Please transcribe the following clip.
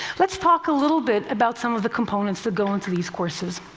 let's talk a little bit about some of the components that go into these courses.